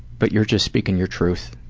but you're just speaking your truth.